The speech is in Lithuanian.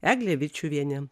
eglė vičiuvienė